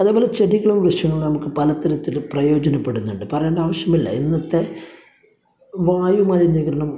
അതേപോലെ ചെടികളും വൃക്ഷങ്ങളും നമുക്ക് പലതരത്തില് പ്രയോജനപ്പെടുന്നുണ്ട് പറയേണ്ട ആവശ്യമില്ല ഇന്നത്തെ വായു മലിനീകരണം